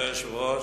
אדוני היושב-ראש,